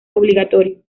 obligatorio